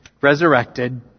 resurrected